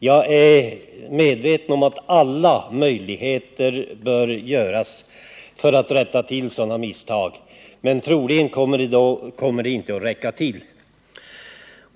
Jag är medveten om att man måste ta till vara alla möjligheter för att försöka minska de förluster som gjorts, men hur man än gör kommer de åtgärder som kan vidtas inte att räcka till.